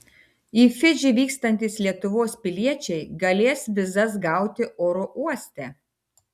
į fidžį vykstantys lietuvos piliečiai galės vizas gauti oro uoste